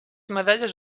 medalles